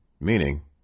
meaning